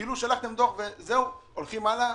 כאילו: שלחתם דוח וזהו, הולכים הלאה?